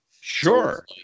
Sure